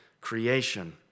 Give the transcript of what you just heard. creation